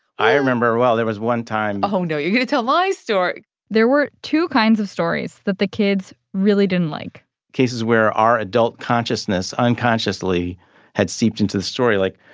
i remember, well, there was one time. oh, no, you're going to tell my story there were two kinds of stories that the kids really didn't like cases where our adult consciousness unconsciously had seeped into the story. like,